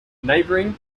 neighboring